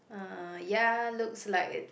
uh ya looks like it